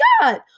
God